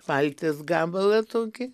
palties gabalą tokį